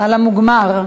על המוגמר.